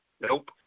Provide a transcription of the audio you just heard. Nope